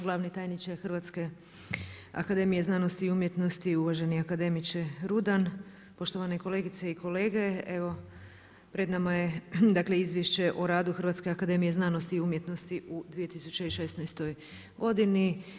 Glavni tajniče Hrvatske akademije znanosti i umjetnosti, uvaženi akademiče Rudan, poštovane kolegice i kolege, evo pred nama je izvješće o radu Hrvatske akademije znanosti i umjetnosti u 2016. godini.